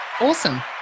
Awesome